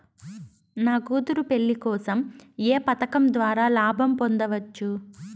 నా కూతురు పెళ్లి కోసం ఏ పథకం ద్వారా లాభం పొందవచ్చు?